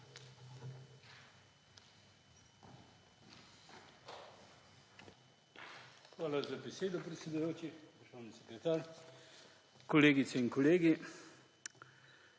Hvala za besedo, predsedujoči. Državni sekretar, kolegice in kolegi!